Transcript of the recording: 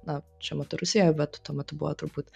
na čia matau rusiją bet tuo metu buvo turbūt